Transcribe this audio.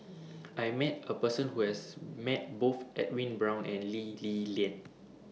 I Met A Person Who has Met Both Edwin Brown and Lee Li Lian